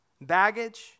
baggage